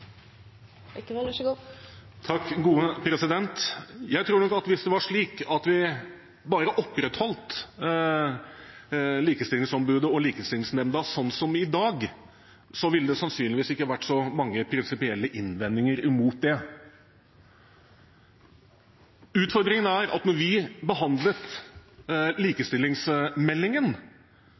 faller, i så fall blir flertall i denne sal for det Venstre har fremmet. Hvis det var slik at vi bare opprettholdt Likestillingsombudet og Likestillingsnemnda som i dag, ville det sannsynligvis ikke vært så mange prinsipielle innvendinger mot det. Utfordringen er at da vi behandlet